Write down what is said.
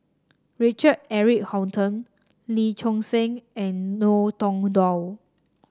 Richard Eric Holttum Lee Choon Seng and Ngiam Tong Dow